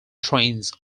trains